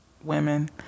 women